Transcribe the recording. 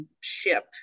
ship